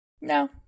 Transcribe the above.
no